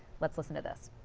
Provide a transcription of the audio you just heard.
let's listen to this.